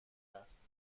است